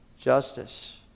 justice